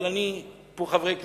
אבל אני, פה חברי כנסת,